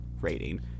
rating